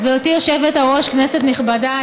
גברתי היושבת-ראש, כנסת נכבדה.